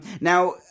Now